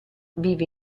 vive